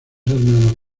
hermanos